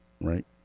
right